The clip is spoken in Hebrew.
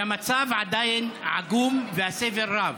והמצב עדיין עגום והסבל רב.